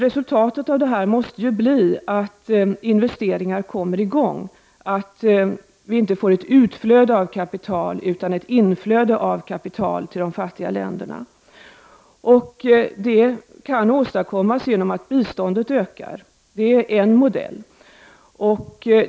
Resultatet av detta måste bli att investeringar kommer i gång, att vi inte får ett utflöde av kapital, utan ett inflöde av kapital till de fattiga länderna. Det kan åstadkommas genom att biståndet ökar. Det är en modell.